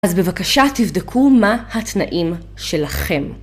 אז בבקשה, תבדקו מה התנאים שלכם.